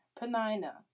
Penina